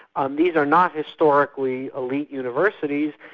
and these are not historically elite universities,